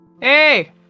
Hey